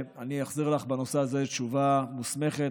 אני אחזיר לך בנושא הזה תשובה מוסמכת,